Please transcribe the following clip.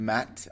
Matt